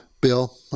Bill